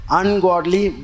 ungodly